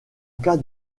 cas